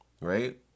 right